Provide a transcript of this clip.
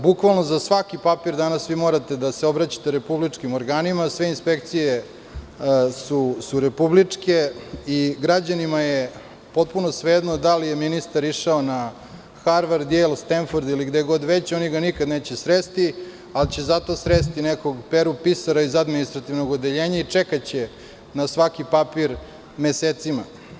Bukvalno za svaki papir danas vi morate da se obraćate republičkim organima, sve inspekcije su republičke i građanima je potpuno svejedno da li je ministar išao na Harvard, Jejl, Stenford, ili gde god već, oni ga nikad neće sresti, ali će zato sresti nekog „Peru pisara iz administrativnog odeljenja“ i čekaće na svaki papir mesecima.